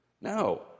No